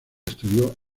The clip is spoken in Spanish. estudió